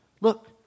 Look